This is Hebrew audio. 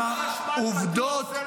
-- עם העובדות,